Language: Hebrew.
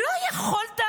לא יכולת